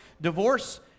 Divorce